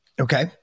Okay